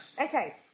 Okay